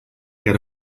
get